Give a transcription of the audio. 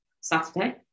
saturday